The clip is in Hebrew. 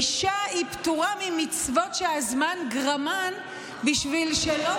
אישה פטורה ממצוות שהזמן גרמן בשביל שלא